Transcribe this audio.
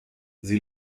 sie